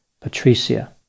Patricia